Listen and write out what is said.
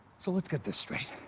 so let's get this straight.